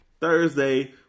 Thursday